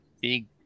big